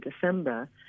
December